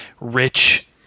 rich